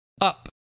up